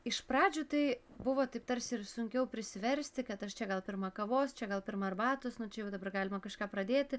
iš pradžių tai buvo taip tarsi ir sunkiau prisiversti kad aš čia gal pirma kavos čia gal pirma arbatos nu čia jau dabar galima kažką pradėti